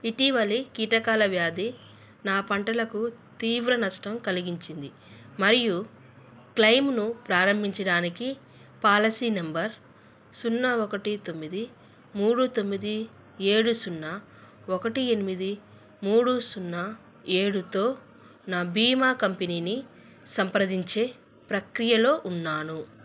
ఇటీవలి కీటకాల వ్యాధి నా పంటలకు తీవ్ర నష్టం కలిగించింది మరియు క్లెయిమును ప్రారంభించడానికి పాలసీ నెంబర్ సున్నా ఒకటి తొమ్మిది మూడు తొమ్మిది ఏడు సున్నా ఒకటి ఎనిమిది మూడు సున్నా ఏడుతో నా బీమా కంపెనీని సంప్రదించే ప్రక్రియలో ఉన్నాను